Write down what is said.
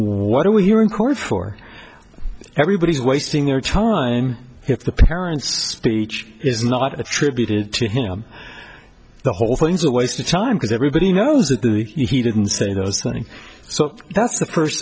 what do we hear in court for everybody's wasting their time if the parents teach is not attributed to him the whole thing is a waste of time because everybody knows that he didn't say those things so that's the first